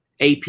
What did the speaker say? AP